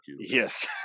Yes